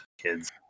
kids